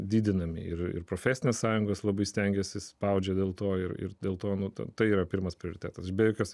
didinami ir ir profesinės sąjungos labai stengiasi spaudžia dėl to ir ir dėl to nuta tai yra pirmas prioritetas be jokios